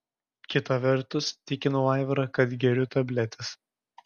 kita vertus tikinau aivarą kad geriu tabletes